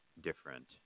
different